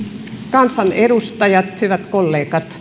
kansanedustajat hyvät kollegat